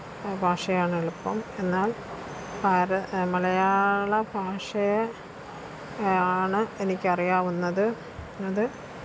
ഭാഷയാണെളുപ്പം എന്നാല് മലയാള ഭാഷയെ ആണ് എനിക്കറിയാവുന്നത് അത്